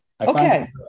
Okay